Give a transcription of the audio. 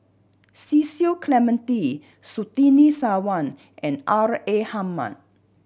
Cecil Clementi Surtini Sarwan and R A Hamid